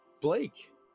Blake